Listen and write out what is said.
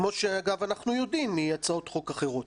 כמו שאנחנו יודעים מהצעות חוק אחרות.